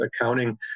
accounting